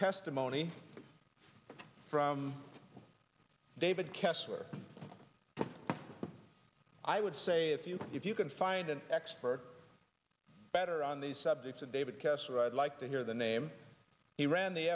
testimony from david kessler i would say if you if you can find an expert better on these subjects and david kessler i'd like to hear the name he ran the